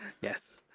Yes